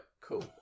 Cool